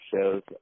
shows